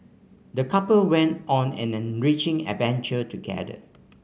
the couple went on an enriching adventure together